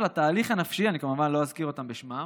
אני כמובן לא אזכיר אותם בשמם,